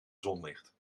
zonlicht